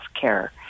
care